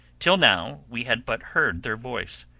till now, we had but heard their voice,